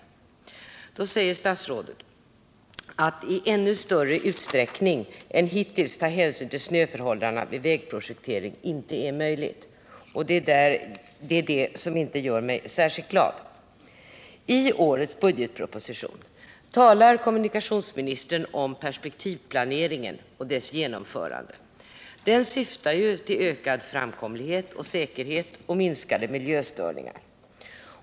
Till det säger statsrådet att det inte är möjligt att i ännu större utsträckning än hittills ta hänsyn till snöförhållanden vid vägprojektering. Det är det som inte gör mig särskilt glad. I årets budgetproposition talar kommunikationsministern om perspektivplaneringen och dess genomförande. Den syftar ju till ökad framkomlighet och säkerhet och minskade miljöstörningar.